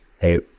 hey